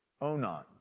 Onan